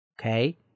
Okay